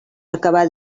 acabà